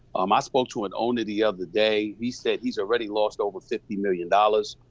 um i spoke to an owner the other day, he said, he's already lost over fifty million dollars.